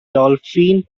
dolphin